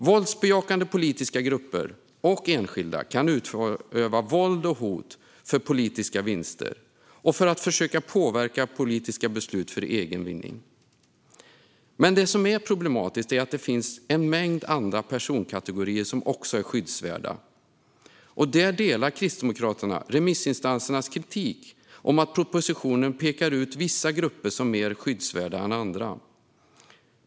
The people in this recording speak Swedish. Våldsbejakande politiska grupper, och enskilda, kan utöva våld och hot för politiska vinster och för att försöka att påverka politiska beslut för egen vinning. Det som är problematiskt är dock att det finns en mängd andra personkategorier som också är skyddsvärda. Kristdemokraterna håller med om remissinstansernas kritik om att propositionen pekar ut vissa grupper som mer skyddsvärda än andra.